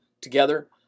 together